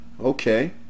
okay